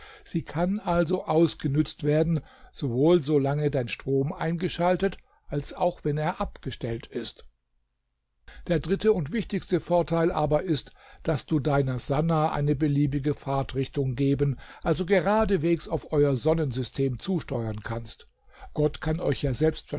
sie kann also ausgenützt werden sowohl so lange dein strom eingeschaltet als auch wenn er abgestellt ist der dritte und wichtigste vorteil aber ist daß du deiner sannah eine beliebige fahrtrichtung geben also geradewegs auf euer sonnensystem zusteuern kannst gott kann euch ja